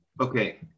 Okay